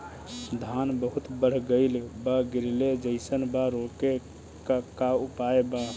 धान बहुत बढ़ गईल बा गिरले जईसन बा रोके क का उपाय बा?